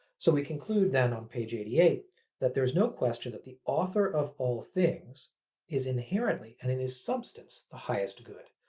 so we conclude then on page eighty eight that there is no question that the author of all things is inherently and in his substance the highest good.